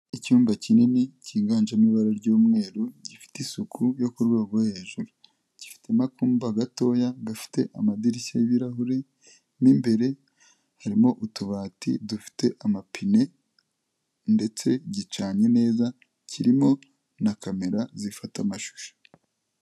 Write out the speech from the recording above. Icyumba kinini kiganjemo ibara ry'umweru gifite isuku yo ku rwego rwo hejuru, gifite n'akumba gatoya gafite amadirishya y'ibirahure, mo imbere harimo utubati dufite amapine ndetse gicanye neza kirimo na kamera zifata amashusho.